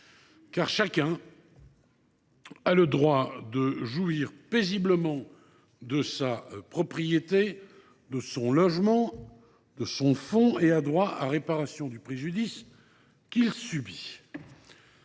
en effet, a le droit de jouir paisiblement de sa propriété, de son logement, de son fonds et d’obtenir réparation du préjudice qu’il subit.